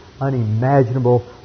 unimaginable